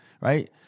right